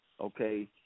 okay